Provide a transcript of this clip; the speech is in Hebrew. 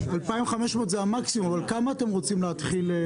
2,500 זה המקסימום אבל כמה אתם רוצים להתחיל?